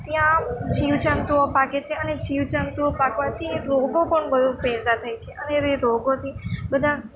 ત્યાં જીવજંતુઓ પાકે છે અને જીવજંતુઓ પાકવાથી રોગો પણ બહુ પેદા થાય છે અને એ રોગોથી બધા